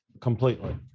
completely